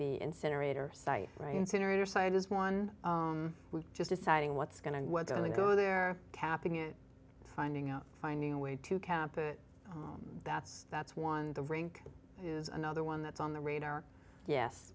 the incinerator site right incinerator site is one we just deciding what's going to go there tapping it finding out finding a way to cap it that's that's one of the rink is another one that's on the radar yes